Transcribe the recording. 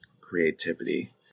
creativity